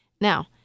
Now